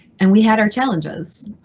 and we had our challenges.